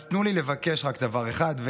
אז תנו לי לבקש רק דבר אחד.